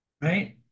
right